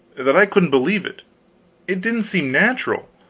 that i couldn't believe it it didn't seem natural.